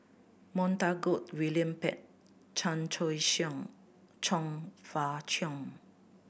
Montague William Pett Chan Choy Siong Chong Fah Cheong